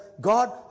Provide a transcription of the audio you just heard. God